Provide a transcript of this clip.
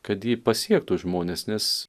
kad ji pasiektų žmones nes